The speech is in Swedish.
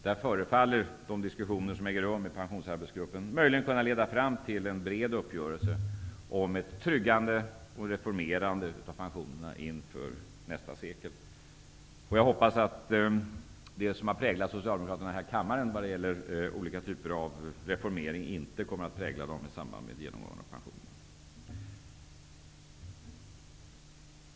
Det förefaller som om de diskussioner som äger rum i Pensionsarbetsgruppen möjligen kan leda fram till en bred uppgörelse om ett tryggande och ett reformerande av pensionerna inför nästa sekel. Jag hoppas att den inställning till olika typer av reformering som Socialdemokraterna har gett uttryck för här i kammaren i dag inte kommer att vara vad som präglar dem i samband med genomgången av pensionerna.